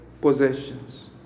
possessions